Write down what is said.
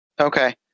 Okay